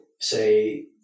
say